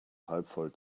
halbvoll